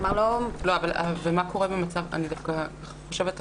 אני דווקא חושבת הפוך.